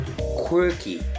Quirky